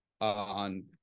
on